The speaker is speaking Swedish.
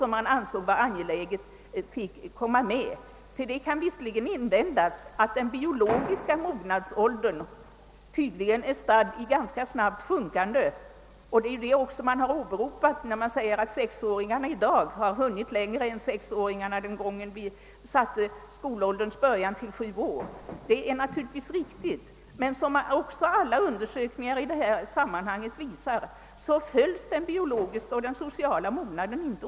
Mot detta kan visserligen invändas, att den biologiska mognadsåldern tydligen är stadd i ganska starkt sjunkande, och det är också det argumentet som har åberopats när man hävdar att sexåringarna i dag hunnit längre än de som var i motsvarande ålder när vi fastställde skolgångens början till sju års ålder. Men såsom alla undersökningar i detta sammanhang visar följs inte den biologiska och den sociala mognaden åt.